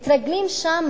מתרגלים שם